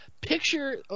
picture